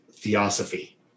Theosophy